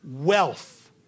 wealth